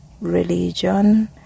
religion